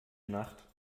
nacht